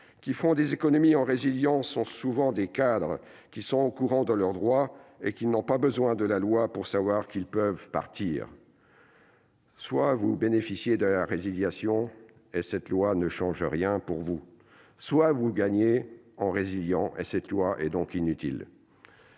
qui font des économies en résiliant sont souvent des cadres, qui sont au courant de leurs droits et qui n'ont pas besoin de la loi pour savoir qu'ils peuvent partir. Soit vous bénéficiez de la résiliation, et cette loi ne change rien pour vous ; soit vous gagnez en résiliant, et cette loi est donc inutile.